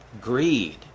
greed